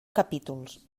capítols